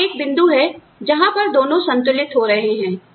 और एक बिंदु है जहां पर दोनों संतुलित हो रहे हैं